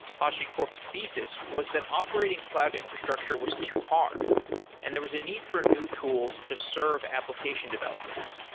hashicorp's thesis was that operating cloud infrastructure was too hard and there was a need for new tools to serve application developers.